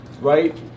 right